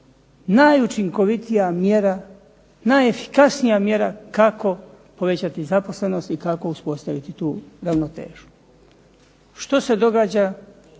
najučinkovitija mjera, najefikasnija mjera kako povećati zaposlenost i kako uspostaviti tu ravnotežu. Što se događa